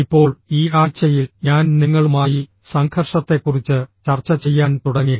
ഇപ്പോൾ ഈ ആഴ്ചയിൽ ഞാൻ നിങ്ങളുമായി സംഘർഷത്തെക്കുറിച്ച് ചർച്ച ചെയ്യാൻ തുടങ്ങി